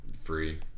Free